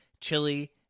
chili